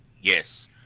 Yes